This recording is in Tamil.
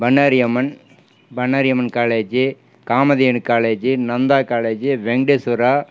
Bannariamman Bannariamman college Kamadhenu college Nandha college Venkateswara